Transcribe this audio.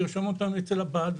לרשום אותן אצל הבעל,